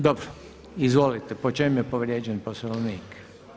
Dobro izvolite, po čem je povrijeđen Poslovnik?